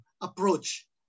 approach